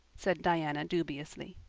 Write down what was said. said diana dubiously.